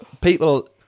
people